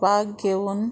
बाग घेवून